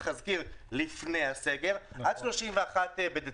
צריך להזכיר שזה לפני הסגר עד 31 בדצמבר,